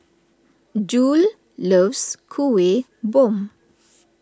Jule loves Kuih Bom